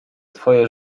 twoje